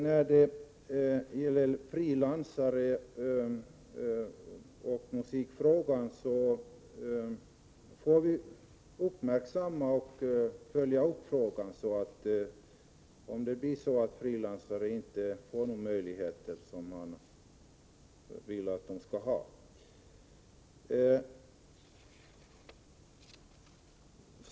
När det gäller frilansare och frågan om musiken får vi uppmärksamt följa frågan och se om det blir så att frilansare inte får de möjligheter man vill att de skall ha.